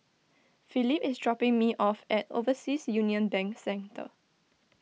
Philip is dropping me off at Overseas Union Bank Centre